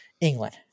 England